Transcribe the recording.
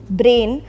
brain